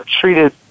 treated